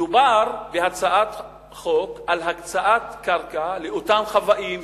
מדובר בהצעת חוק על הקצאת קרקע לאותם חוואים,